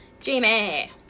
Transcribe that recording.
Jamie